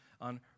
on